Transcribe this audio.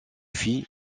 filles